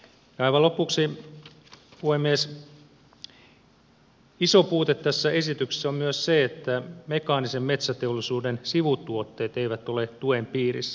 aivan lopuksi puhemies iso puute tässä esityksessä on myös se että mekaanisen metsäteollisuuden sivutuotteet eivät ole tuen piirissä